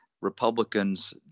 Republicans